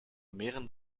mehren